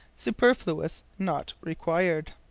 superfluous, not required.